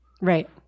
Right